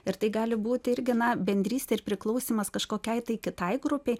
ir tai gali būti irgi na bendrystė ir priklausymas kažkokiai kitai grupei